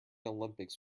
olympics